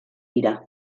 dira